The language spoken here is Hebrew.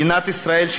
מדינת ישראל,